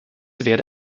werde